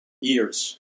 years